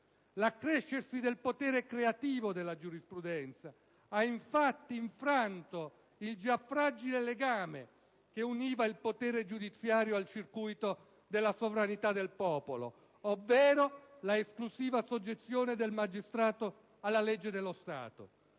L'accrescersi del potere "creativo" della giurisprudenza ha infatti infranto il già fragile legame che univa il potere giudiziario al circuito della sovranità del popolo, ovvero l'esclusiva soggezione del magistrato alla legge dello Stato.